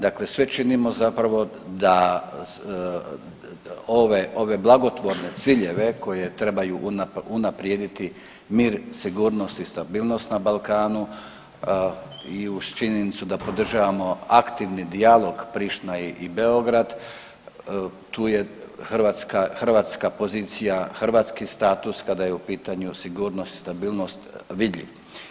Dakle, sve činimo zapravo da ove, ove blagotvorne ciljeve koje treba unaprijediti mir, sigurnost i stabilnost na Balkanu i uz činjenicu da podržavamo aktivni dijalog Priština i Beograd tu je Hrvatska, hrvatska pozicija, hrvatski status kada je u pitanju sigurnost i stabilnost vidljiv.